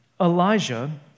Elijah